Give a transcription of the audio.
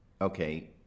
Okay